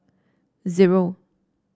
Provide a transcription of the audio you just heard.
zero